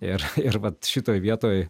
ir ir vat šitoj vietoj